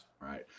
Right